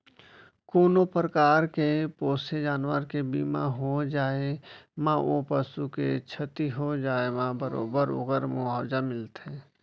कोनों परकार के पोसे जानवर के बीमा हो जाए म ओ पसु के छति हो जाए म बरोबर ओकर मुवावजा मिलथे